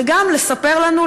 וגם לספר לנו,